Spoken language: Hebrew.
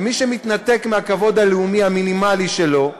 ומי שמתנתק מהכבוד הלאומי המינימלי שלו,